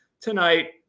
tonight